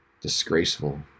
disgraceful